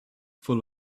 full